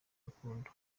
rukundo